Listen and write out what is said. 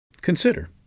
Consider